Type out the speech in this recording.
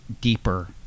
deeper